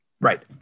Right